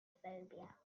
phobia